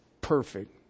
perfect